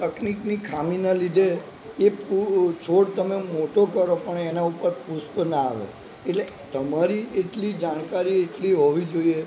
તકનિકની ખામીના લીધે એ છોડ તમે મોટો કરો પણ એના ઉપર પુષ્પ ના આવે એટલે તમારી એટલી જાણકારી એટલી હોવી જોઈએ